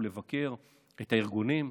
לבקר את הארגונים,